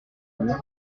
murs